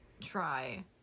try